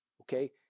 okay